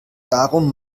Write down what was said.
darum